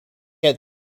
had